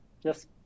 Yes